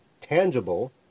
tangible